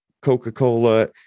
Coca-Cola